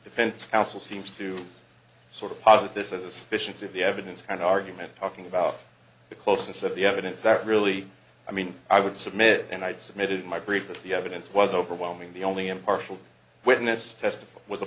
defense counsel seems to sort of posit this as a suspicious of the evidence and argument talking about the closeness of the evidence that really i mean i would submit and i'd submitted my briefs that the evidence was overwhelming the only impartial witness testified was a